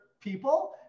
people